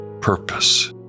purpose